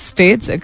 States